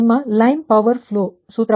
ಹಾಗಾಗಿ ಇದು ನಿಮ್ಮ ಲೈನ್ ಪವರ್ ಫ್ಲೋ ಸೂತ್ರ